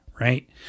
right